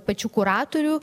pačių kuratorių